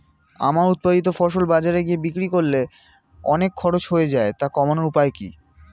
আমার উৎপাদিত ফসল বাজারে গিয়ে বিক্রি করলে অনেক খরচ হয়ে যায় তা কমানোর উপায় কি?